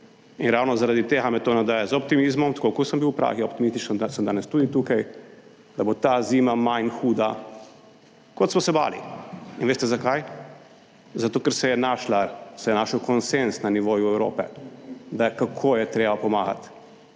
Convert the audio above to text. in ravno zaradi tega me to navdaja z optimizmom, tako kot sem bil v Pragi optimističen, sem danes tudi tukaj, da bo ta zima manj huda, kot smo se bali. In veste zakaj? Zato, ker se je našel konsenz na nivoju Evrope, da kako je treba pomagati,